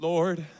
Lord